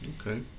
Okay